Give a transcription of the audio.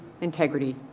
integrity